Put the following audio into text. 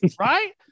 right